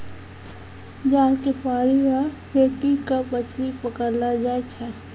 जाल के पानी मे फेकी के मछली पकड़लो जाय छै